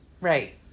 right